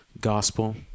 gospel